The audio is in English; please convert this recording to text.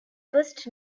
first